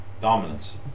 Dominance